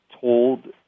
told